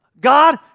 God